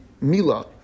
mila